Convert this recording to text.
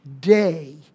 day